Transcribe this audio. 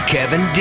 Kevin